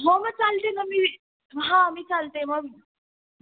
हो मं चालते मग मी हां मी चालते मग